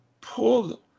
pull